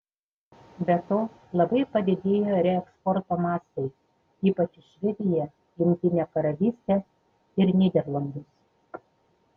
be to labai padidėjo reeksporto mastai ypač į švediją jungtinę karalystę ir nyderlandus